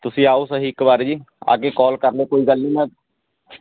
ਤੁਸੀਂ ਆਓ ਸਹੀ ਇੱਕ ਵਾਰ ਜੀ ਆ ਕੇ ਕੌਲ ਕਰ ਲਿਓ ਕੋਈ ਗੱਲ ਨਹੀਂ ਮੈਂ